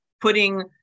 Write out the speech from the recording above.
putting